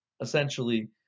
essentially